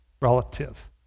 relative